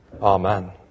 Amen